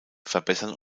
verbessern